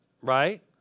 right